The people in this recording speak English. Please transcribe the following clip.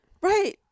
right